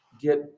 get